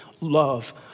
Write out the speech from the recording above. love